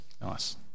Nice